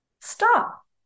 Stop